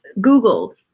Google